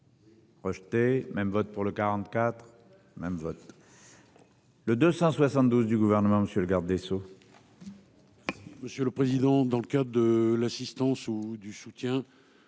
Rejetée même vote pour le 44 même vote. Le 272 du gouvernement, monsieur le garde des Sceaux. Monsieur le président. Dans le cas de l'assistance ou du soutien.